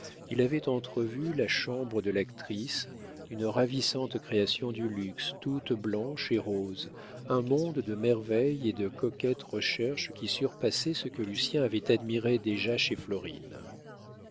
il avait entrevu la chambre de l'actrice une ravissante création du luxe toute blanche et rose un monde de merveilles et de coquettes recherches qui surpassait ce que lucien avait admiré déjà chez florine